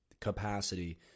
capacity